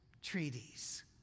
treaties